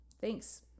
thanks